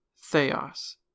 theos